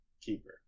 keeper